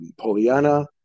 Poliana